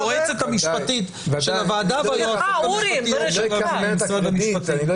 היועצת המשפטית של הוועדה והיועצות המשפטיות של משרד המשפטים.